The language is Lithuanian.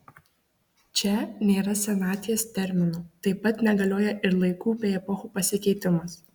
čia nėra senaties termino taip pat negalioja ir laikų bei epochų pasikeitimas